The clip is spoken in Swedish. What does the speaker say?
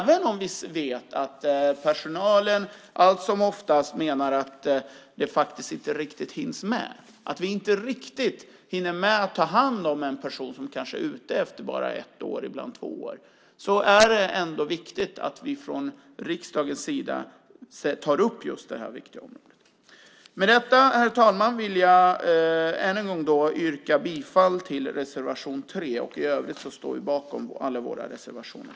Vi vet att personalen allt som oftast menar att det faktiskt inte riktigt hinns med, att de inte riktigt hinner med att ta hand om en person som kanske är ute efter bara ett eller ibland två år. Men det är ändå viktigt att vi från riksdagens sida tar upp just det här viktiga området. Med detta, herr talman, vill jag än en gång yrka bifall till reservation 3. I övrigt står vi bakom alla våra reservationer.